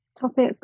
topic